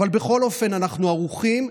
אבל בכל אופן אנחנו ערוכים.